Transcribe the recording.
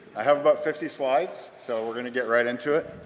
i have about fifty slides, so we're gonna get right into it.